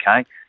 okay